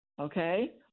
Okay